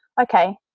okay